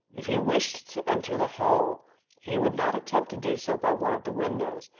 if he wished to enter the hall he would not attempt to do so by one of the windows,